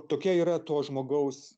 tokia yra to žmogaus